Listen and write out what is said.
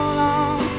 long